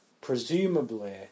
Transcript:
Presumably